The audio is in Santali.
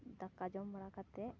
ᱫᱟᱠᱟ ᱡᱚᱢ ᱵᱟᱲᱟ ᱠᱟᱛᱮ